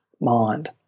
mind